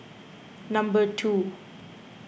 number two